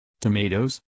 tomatoes